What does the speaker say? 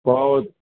ਬਹੁਤ